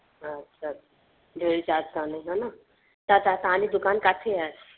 अच्छा delivery charge कोन लॻंदो न त तव्हांजी दुकान किथे आहे